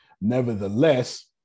Nevertheless